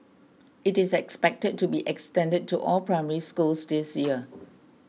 it is expected to be extended to all Primary Schools this year